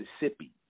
Mississippi